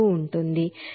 కాబట్టి ఇది కేవలం 58